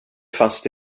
fast